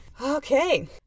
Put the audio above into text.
Okay